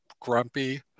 grumpy